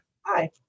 hi